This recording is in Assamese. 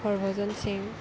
হৰভজন সিং